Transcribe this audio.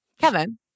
Kevin